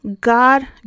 God